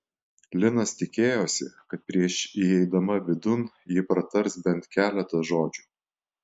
linas tikėjosi kad prieš įeidama vidun ji pratars bent keletą žodžių